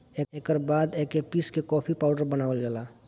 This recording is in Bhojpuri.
एकर बाद एके पीस के कॉफ़ी पाउडर बनावल जाला